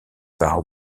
par